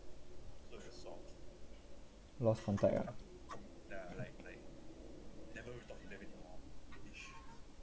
lost contact ah